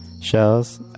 Shells